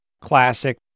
Classic